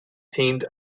teamed